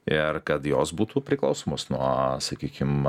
ir kad jos būtų priklausomos nuo sakykim